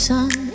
Sun